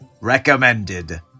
Recommended